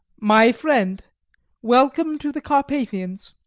my friend welcome to the carpathians.